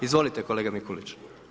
Izvolite kolega Mikulić.